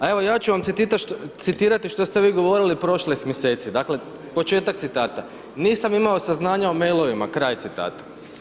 A evo ja ću vam citirati što ste vi govorili prošlih mjeseci, dakle početak citata: „Nisam imao saznanja o mailovima“ kraj citata.